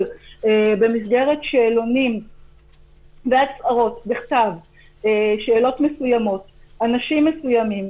במסגרת שאלונים והצהרות בכתב שאלות מסוימות אנשים מסוימים,